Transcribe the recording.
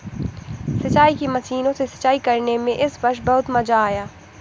सिंचाई की मशीनों से सिंचाई करने में इस वर्ष बहुत मजा आया